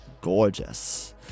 gorgeous